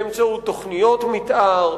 באמצעות תוכניות מיתאר,